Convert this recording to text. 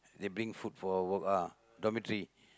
they bring food for work ah dormitory